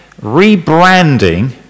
rebranding